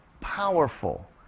powerful